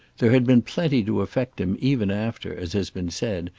there had been plenty to affect him even after, as has been said,